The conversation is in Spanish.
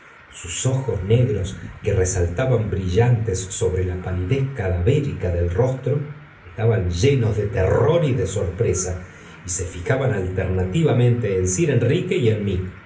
sus ojos negros que resaltaban brillantes robre ía palidez cadavérica del rostro estaban llenos de terror y de sorpresa y se fijaban alternativamente en sir enrique y en mí